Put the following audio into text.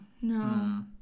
no